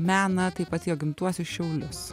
meną taip pat jo gimtuosius šiaulius